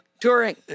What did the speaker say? touring